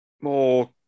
more